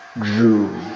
Drew